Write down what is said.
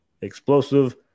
Explosive